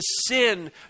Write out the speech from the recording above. sin